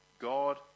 God